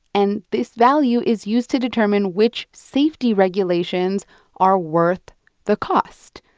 and this value is used to determine which safety regulations are worth the cost,